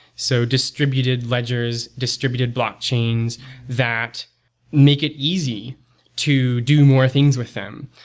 so distributed ledgers, distributed blockchains that make it easy to do more things with them.